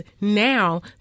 now